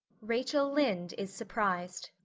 rachel lynde is surprised